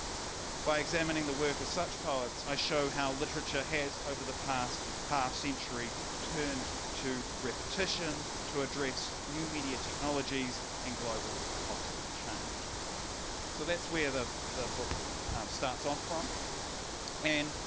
by examining the work of such poets i show how literature has over the past half-century turned to repetition to address new media technologies and global cultural change so that's where the the book starts off from and